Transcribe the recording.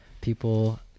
people